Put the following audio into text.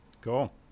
Cool